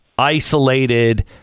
isolated